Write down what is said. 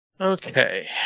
Okay